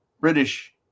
British